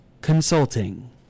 Consulting